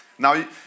Now